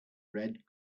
red